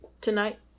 tonight